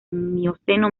mioceno